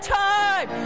time